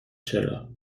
چرا